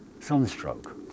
sunstroke